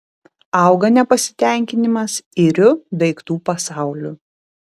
auga nepasitenkinimas iriu daiktų pasauliu